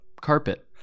carpet